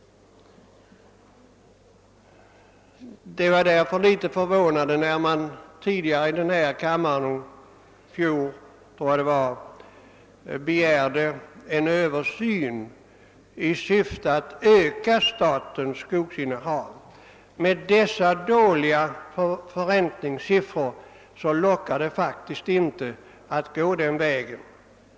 Därför var det litet förvånande när man tidigare i denna kammare, jag tror det var i fjol, begärde en översyn i syfte att öka statens skogsinnehav. Med dessa dåliga förräntningssiffror lockas man faktiskt inte att gå den vägen.